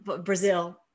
Brazil